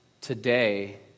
today